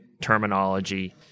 terminology